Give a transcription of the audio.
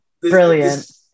Brilliant